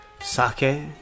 Sake